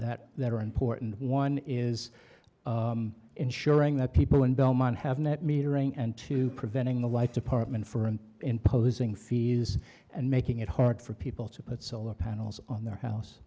that that are important one is ensuring that people in belmont have net metering and to preventing the lights apartment for an imposing fees and making it hard for people to put solar panels on their house